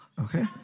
Okay